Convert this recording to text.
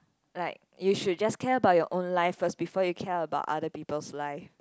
like you should just care about your own life first before you care about other people's life